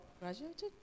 graduated